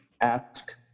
ask